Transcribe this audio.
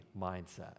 mindset